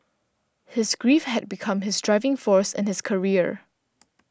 his grief had become his driving force in his career